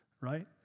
right